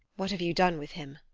what have you done with him?